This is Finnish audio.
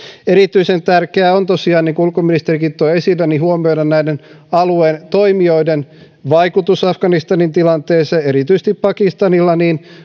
erityisen tärkeää on tosiaan niin kuin ulkoministerikin toi esille huomioida näiden alueen toimijoiden vaikutus afganistanin tilanteeseen erityisesti pakistanilla